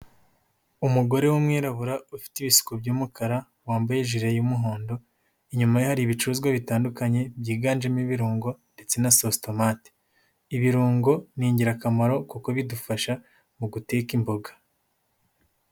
Umugore w'umwirabura ufite ibisuko by'umukara wambaye ijire y'umuhondo, inyuma ye hari ibicuruzwa bitandukanye byiganjemo ibirungo ndetse na sositomati, ibirungo ni ingirakamaro kuko bidufasha mu guteka imboga.